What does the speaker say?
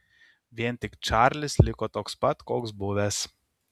vien tik čarlis liko toks pat koks buvęs